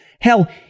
Hell